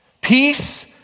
Peace